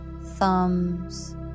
thumbs